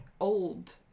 old